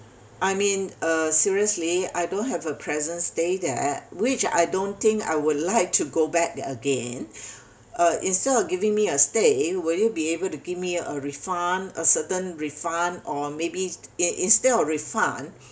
I mean uh seriously I don't have a pleasant stay there which I don't think I would like to go back again uh instead of giving me a stay will you be able to give me a refund a certain refund or maybe in~ instead of refund